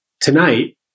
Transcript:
tonight